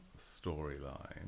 storyline